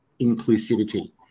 inclusivity